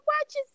watches